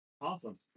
awesome